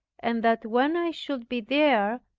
and that when i should be there,